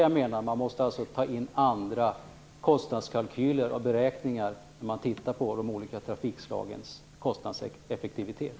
Jag menar att man måste ta in andra kostnadskalkyler och beräkningar när man tittar på de olika trafikslagens kostnadseffektivitet.